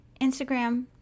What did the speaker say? Instagram